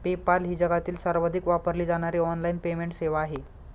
PayPal ही जगातील सर्वाधिक वापरली जाणारी ऑनलाइन पेमेंट सेवा आहे